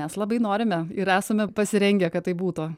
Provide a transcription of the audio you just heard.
mes labai norime ir esame pasirengę kad tai būtų